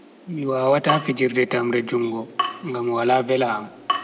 Mi wawata fijirde tamre jungo, ngam wala vela am.